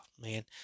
man